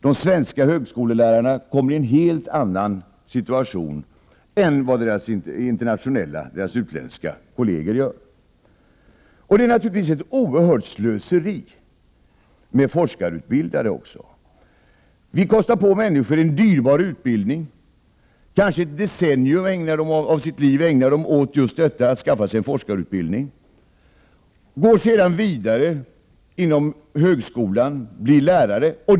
De svenska högskolelärarna kommer i en helt annan situation än deras utländska kolleger. Det är naturligtvis ett oerhört slöseri med forskarutbildade. Vi kostar på människor en dyrbar utbildning. De ägnar kanske ett decennium av sitt liv åt att skaffa sig en forskarutbildning och går sedan vidare inom högskolan och blir lärare.